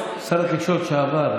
שר התקשורת לשעבר,